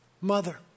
mother